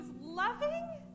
loving